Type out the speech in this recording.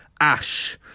Ash